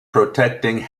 protecting